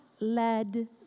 led